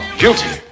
guilty